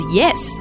yes